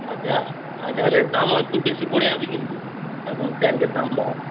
হাজার হাজারের দাম ও একটু বেশি পড়ে যাবে কিন্তু এখন ট্যাংকের দাম বাড়া